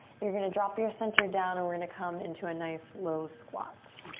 you're going to drop your center down and we're gonna come into a nice low squat.